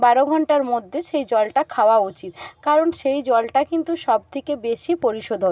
বারো ঘণ্টার মধ্যে সেই জলটা খাওয়া উচিত কারণ সেই জলটা কিন্তু সব থেকে বেশি পরিশোধন